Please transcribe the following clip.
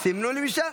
סימנו לי משם.